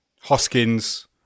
Hoskins